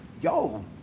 yo